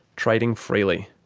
trading freely.